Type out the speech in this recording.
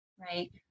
right